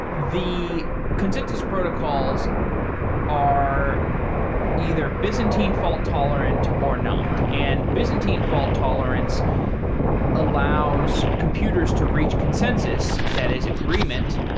the consensus protocols are either byzantine fault-tolerant or not, and byzantine fault-tolerance allows computers to reach consensus, that is agreement,